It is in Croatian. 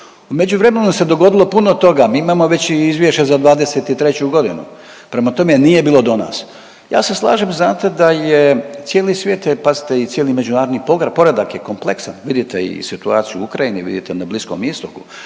U međuvremenu se dogodilo puno toga, mi već imamo izvješće za '23. g., prema tome, nije bilo do nas. Ja se slažem, znate, da je, cijeli svijet je, pazite i cijeli međunarodni poredak je kompleksan, vidite i situaciju u Ukrajini, vidite na Bliskom Istoku,